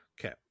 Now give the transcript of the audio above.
Okay